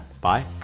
Bye